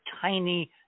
tiny